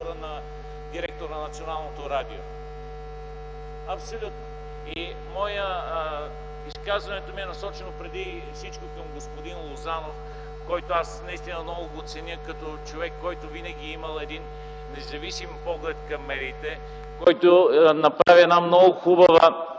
на директор на Националното радио. Изказването ми е насочено преди всичко към господин Лозанов, когото наистина много ценя като човек, който винаги е имал един независим поглед към медиите, който направи много хубаво